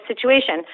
situation